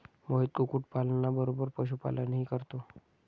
मोहित कुक्कुटपालना बरोबर पशुपालनही करतो